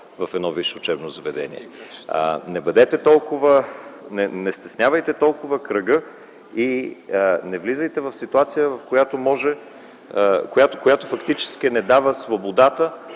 в едно висше учебно заведение. Не стеснявайте толкова кръга и не влизайте в ситуация, която фактически не дава свободата